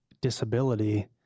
disability